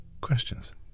questions